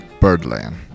Birdland